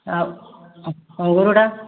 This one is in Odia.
ଆଉ ଅଙ୍ଗୁରଟା